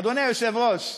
אדוני היושב-ראש.